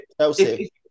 Chelsea